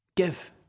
give